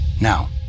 Now